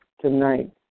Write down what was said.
tonight